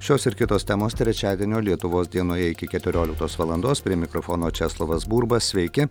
šios ir kitos temos trečiadienio lietuvos dienoje iki keturioliktos valandos prie mikrofono česlovas burba sveiki